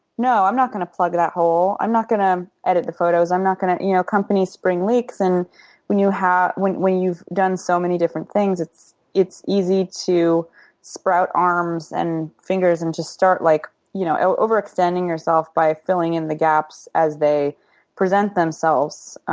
no, i'm going to plug that hole, i'm not going to edit the photos i'm not going to you know, companies spring leaks and when you have when when you've done so many different things it's it's easy to sprout arms and fingers and just start like, you know, overextending yourself by filling in the gaps as they present themselves